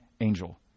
Angel